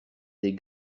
des